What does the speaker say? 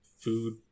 food